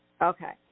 Okay